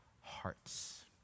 hearts